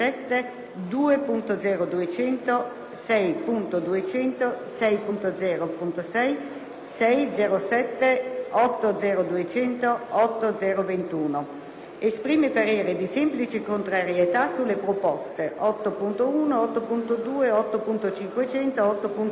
6.200, 6.0.6, 6.0.7, 8.0.200 e 8.0.21. Esprime parare di semplice contrarietà sulle proposte 8.1, 8.2, 8.500, 8.203 e